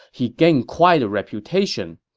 he gained quite a reputation.